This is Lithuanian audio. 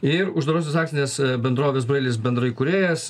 ir uždarosios akcinės bendrovės bralis bendraįkūrėjas